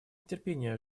нетерпением